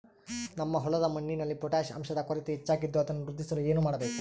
ನಮ್ಮ ಹೊಲದ ಮಣ್ಣಿನಲ್ಲಿ ಪೊಟ್ಯಾಷ್ ಅಂಶದ ಕೊರತೆ ಹೆಚ್ಚಾಗಿದ್ದು ಅದನ್ನು ವೃದ್ಧಿಸಲು ಏನು ಮಾಡಬೇಕು?